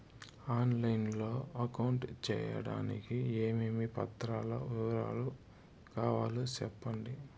On line లో account సేయడానికి ఏమేమి పత్రాల వివరాలు కావాలో సెప్పండి?